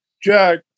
Jack